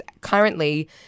currently